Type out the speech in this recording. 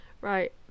Right